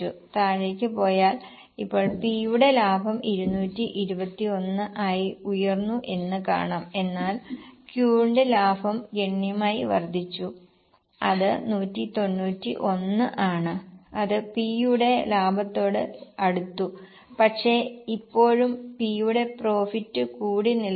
താഴേക്ക് പോയാൽ ഇപ്പോൾ P യുടെ ലാഭം 221 ആയി ഉയർന്നു എന്ന് കാണാം എന്നാൽ Q യുടെ ലാഭം ഗണ്യമായി വർദ്ധിച്ചു അത് 191 ആണ് അത് P യുടെ ലാഭത്തോട് അടുത്തു പക്ഷേ ഇപ്പോഴും P യുടെ പ്രോഫിറ്റ് കൂടി നില്കുന്നു